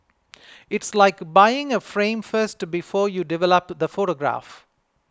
it's like buying a frame first before you develop the photograph